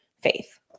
faith